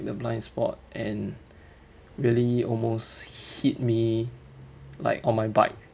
the blind spot and really almost hit me like on my bike